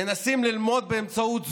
מנסים ללמוד באמצעות זום,